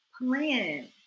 plan